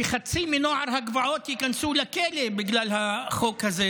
שחצי מנוער הגבעות ייכנסו לכלא בגלל החוק הזה.